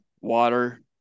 water